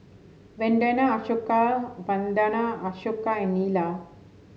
Vandana Ashoka Vandana Ashoka and Neila